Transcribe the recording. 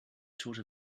tote